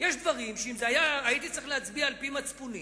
יש דברים שהייתי צריך להצביע על-פי מצפוני.